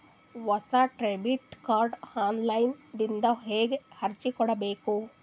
ಹೊಸ debit card online ದಿಂದ ಹೇಂಗ ಅರ್ಜಿ ಕೊಡಬೇಕು?